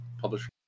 publisher